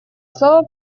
слово